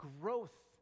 growth